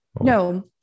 No